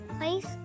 place